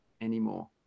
anymore